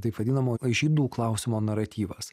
taip vadinamo žydų klausimo naratyvas